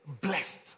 Blessed